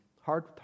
Hard